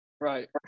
Right